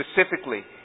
specifically